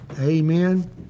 Amen